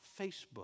Facebook